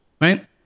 Right